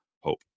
hope